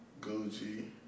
Gucci